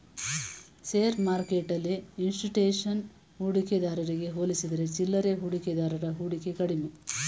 share ಮಾರ್ಕೆಟ್ಟೆಲ್ಲಿ institution ಹೂಡಿಕೆದಾರಗೆ ಹೋಲಿಸಿದರೆ ಚಿಲ್ಲರೆ ಹೂಡಿಕೆದಾರರ ಹೂಡಿಕೆ ಕಡಿಮೆ